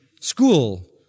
school